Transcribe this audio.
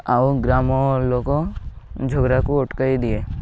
ଆଉ ଗ୍ରାମ ଲୋକ ଝଗଡ଼ାକୁ ଅଟକାଇ ଦିଏ